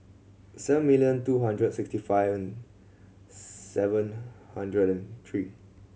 seven million two hundred sixty five and seven hundred and three